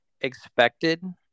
expected